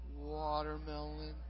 watermelon